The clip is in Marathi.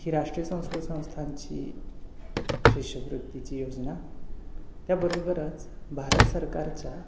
ही राष्ट्रीय संस्कृत संस्थानची शिष्यवृत्तीची योजना त्याबरोबरच भारत सरकारच्या